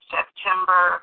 September